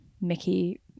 Mickey –